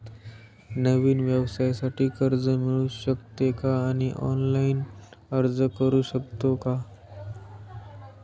नवीन व्यवसायासाठी कर्ज मिळू शकते का आणि ऑनलाइन अर्ज करू शकतो का?